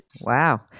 Wow